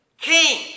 King